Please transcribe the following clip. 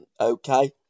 okay